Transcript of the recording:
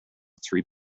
three